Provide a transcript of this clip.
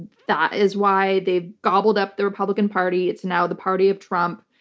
that is why they've gobbled up the republican party. it's now the party of trump,